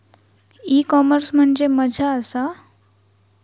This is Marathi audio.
ई कॉमर्स म्हणजे मझ्या आसा?